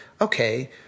okay